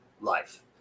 life